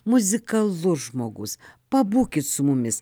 muzikalus žmogus pabūkit su mumis